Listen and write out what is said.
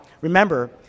remember